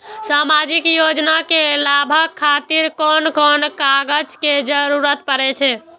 सामाजिक योजना के लाभक खातिर कोन कोन कागज के जरुरत परै छै?